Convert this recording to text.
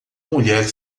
mulher